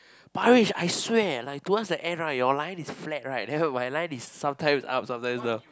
Parish I swear like towards the end right your line is flat right my line is sometimes up sometimes down